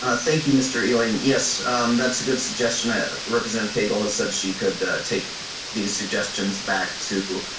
ah thank you mister ealing yes um that's a good suggestion or ah represent cable has said she could that take these suggestions back to.